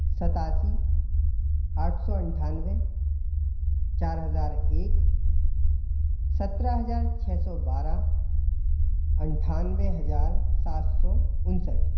सतासी आठ सौ अट्ठानवे चार हज़ार एक सत्रह हज़ार छः सौ बारह अट्ठानवे हज़ार सात सौ उनसठ